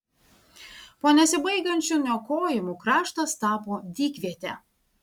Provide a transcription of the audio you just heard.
po nesibaigiančių niokojimų kraštas tapo dykviete